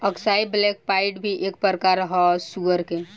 अक्साई black pied भी एक प्रकार ह सुअर के